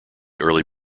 early